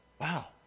Wow